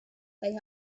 they